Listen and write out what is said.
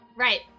Right